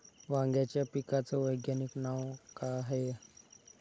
वांग्याच्या पिकाचं वैज्ञानिक नाव का हाये?